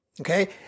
okay